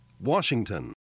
Washington